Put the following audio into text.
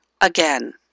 again